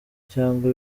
cyangwa